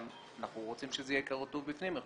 אבל אנחנו רוצים שזה יהיה כתוב בפנים.